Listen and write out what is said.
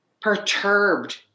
perturbed